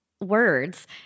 words